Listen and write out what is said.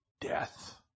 death